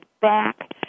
back